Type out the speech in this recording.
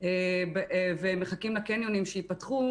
ומחכים לקניונים שייפתחו,